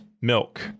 milk